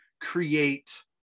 create